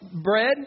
bread